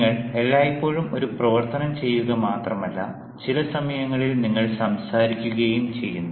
നിങ്ങൾ എല്ലായ്പ്പോഴും ഒരു പ്രവർത്തനം ചെയ്യുക മാത്രമല്ല ചില സമയങ്ങളിൽ നിങ്ങൾ സംസാരിക്കുകയും ചെയ്യുന്നു